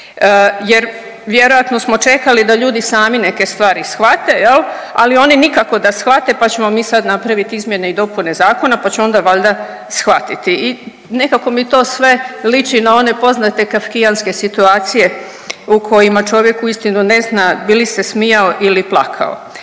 Jer vjerojatno smo čekali da ljudi sami neke stvari shvate jel, ali oni nikako da shvate, pa ćemo mi sad napravit izmjene i dopune zakona, pa će onda valjda shvatiti i nekako mi to sve liči na one poznate kafkijanske situacije u kojima čovjek uistinu ne zna bili se smijao ili plakao.